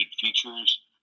features